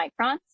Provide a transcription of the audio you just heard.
microns